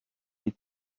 les